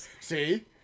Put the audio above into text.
See